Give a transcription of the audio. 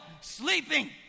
sleeping